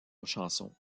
chansons